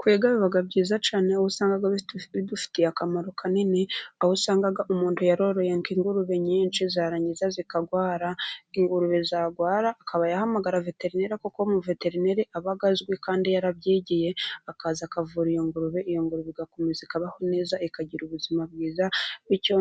Kwiga biba byiza cyane ubu usanga bidufitiye akamaro kanini aho usanga umuntu yaroroye ingurube nyinshi zarangiza zikarwara, ingurube zagwara akaba yahamagara veterineri, kuko umuveterineri aba azwi kandi yarabyigiye akaza akavura iyo ngurube; iyo ngurube igakomeza ikabaho neza ikagira ubuzima bwiza bityo